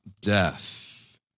death